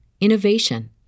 innovation